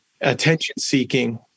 attention-seeking